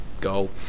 goal